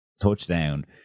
touchdown